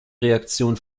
reaktion